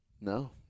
No